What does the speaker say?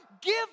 give